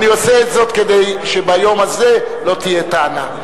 ואני עושה זאת כדי שביום הזה לא תהיה טענה.